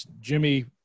Jimmy